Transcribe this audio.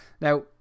Now